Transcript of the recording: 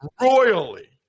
royally